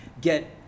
get